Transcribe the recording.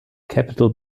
capital